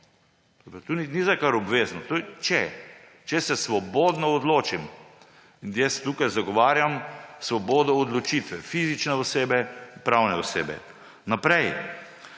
To ni zdaj kar obvezno, to je, če, če se svobodno odločim. In jaz tukaj zagovarjam svobodo odločitve fizične osebe, pravne osebe. Naprej: